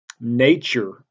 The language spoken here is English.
nature